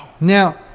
Now